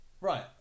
right